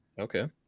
Okay